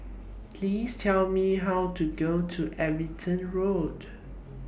Please Tell Me How to Go to Everton Road